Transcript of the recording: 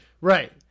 Right